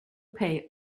pay